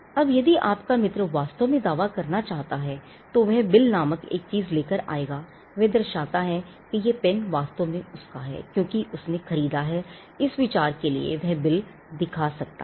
अब यदि आपका मित्र वास्तव में दावा करना चाहता है तो वह बिल नामक एक चीज लेकर आएगा वह दर्शाता है कि यह पेन वास्तव में उसका है क्योंकि उसने खरीदा है इस विचार के लिए वह बिल दिखा सकता है